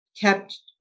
kept